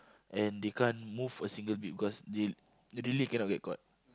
and they can't move a single bit because they they really cannot get caught